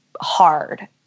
hard